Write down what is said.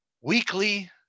weekly